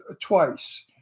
twice